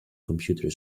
computer